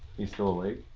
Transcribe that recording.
he's still awake?